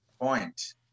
point